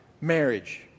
marriage